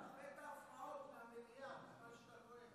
הפרעות מהמליאה בזמן שאתה נואם.